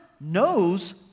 knows